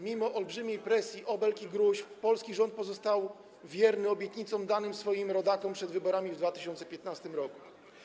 Mimo olbrzymiej presji, obelg i gróźb polski rząd pozostał wierny obietnicom danym swoim rodakom przed wyborami w 2015 r.